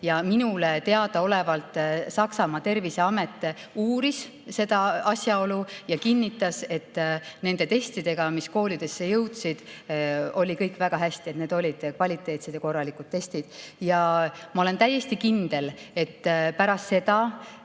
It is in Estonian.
Ja minule teadaolevalt Saksamaa terviseamet uuris seda ja kinnitas, et nende testidega, mis koolidesse jõudsid, oli kõik väga hästi. Need olid kvaliteetsed ja korralikud testid. Ja ma olen täiesti kindel, et pärast seda,